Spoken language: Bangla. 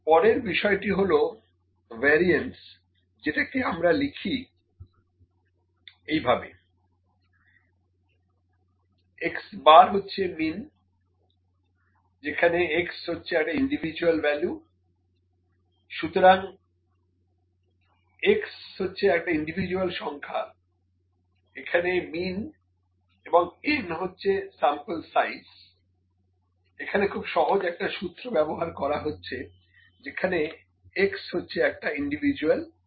পরের বিষয়টি হলো ভ্যারিয়েন্স যেটাকে আমরা লিখি এই ভাবে X বার হচ্ছে মিন যেখানে x হচ্ছে একটা ইন্ডিভিজুয়াল ভ্যালু সুতরাং x হচ্ছে একটা ইন্ডিভিজুয়াল সংখ্যা এখানে মিন এবং n হচ্ছে স্যাম্পল সাইজ এখানে খুব সহজ একটা সূত্র ব্যবহার করা হচ্ছে যেখানে x হচ্ছে একটা ইন্ডিভিজুয়াল ভ্যালু